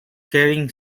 carrying